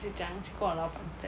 就怎样跟我的老板讲